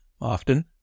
Often